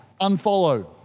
unfollow